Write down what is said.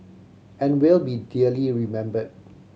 and will be dearly remembered